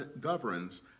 governs